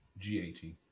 G18